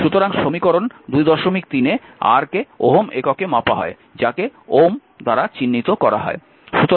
সুতরাং সমীকরণ 23 এ R কে 'ওহম' এককে মাপা হয় যাকে 'Ω' দ্বারা চিহ্নিত করা হয়